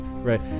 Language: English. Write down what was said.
right